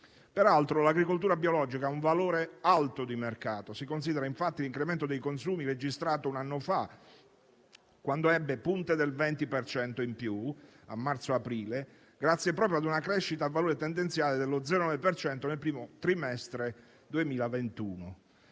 Peraltro, l'agricoltura biologica ha un valore alto di mercato. Si consideri, infatti, l'incremento dei consumi registrato un anno fa, quando ebbe punte del 20 per cento in più a marzo-aprile, grazie proprio a una crescita nel valore tendenziale dello 0,2 per cento nel primo trimestre 2021.